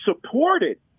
supported